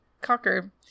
Cocker